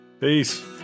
Peace